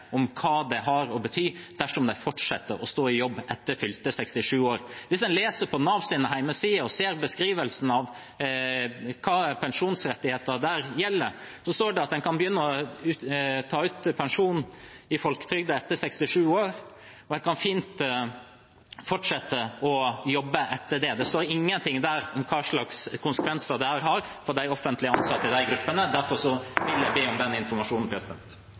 har å bety dersom de fortsetter å stå i jobb etter fylte 67 år. Dersom en leser på Navs hjemmesider og ser beskrivelsen av hvilke pensjonsrettigheter som gjelder, står det at en kan begynne å ta ut pensjon fra folketrygden etter 67 år, og en kan fint fortsette å jobbe etter det. Det står ingen ting der om hva slags konsekvenser det har for de offentlig ansatte i de gruppene. Derfor vil jeg be om den informasjonen.